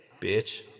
Bitch